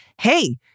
hey